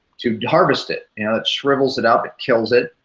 to harvest it. and it shrivels it up. it kills it.